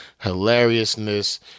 Hilariousness